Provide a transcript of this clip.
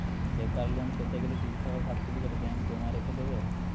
বেকার লোন পেতে গেলে কি শিক্ষাগত সার্টিফিকেট ব্যাঙ্ক জমা রেখে দেবে?